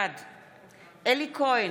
בעד אלי כהן,